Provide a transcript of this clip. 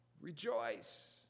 rejoice